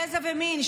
גזע ומין,